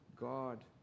God